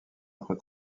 entre